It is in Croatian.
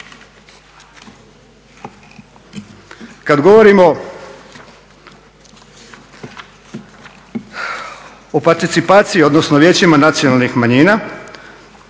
Kad govorimo o participaciji odnosno vijećima nacionalnih manjina